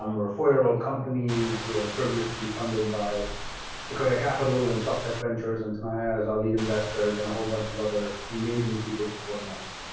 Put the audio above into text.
um we're a four year old company, we're privileged to be funded by sequoia capital, and softtech ventures, and tenaya is our lead investor, and a whole bunch of other amazing people supporting us.